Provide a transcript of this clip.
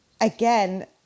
again